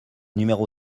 numéro